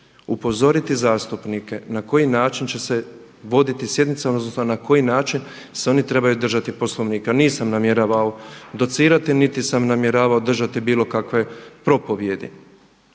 upozoriti zastupnike na koji način će se voditi sjednica, odnosno na koji način se oni trebaju držati Poslovnika. Nisam namjeravao docirati, niti sam namjeravao držati bilo kakve propovjedi.